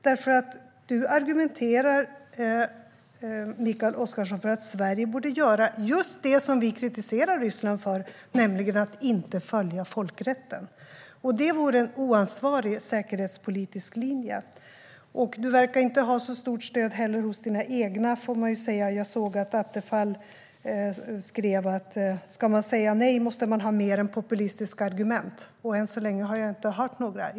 Mikael Oscarsson argumenterar för att Sverige borde göra just det som vi kritiserar Ryssland för, nämligen att inte följa folkrätten. Det vore en oansvarig säkerhetspolitisk linje. Du verkar inte heller ha så stort stöd hos dina egna. Jag såg att Attefall skrev att om man ska säga nej måste man ha mer än populistiska argument. Än så länge har jag inte hört några sådana argument.